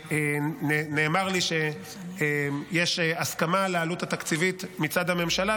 נאמר לי שיש הסכמה על העלות התקציבית מצד הממשלה,